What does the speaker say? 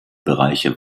bereiche